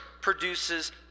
produces